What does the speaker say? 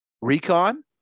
Recon